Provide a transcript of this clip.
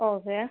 okay